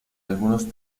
algunos